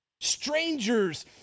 Strangers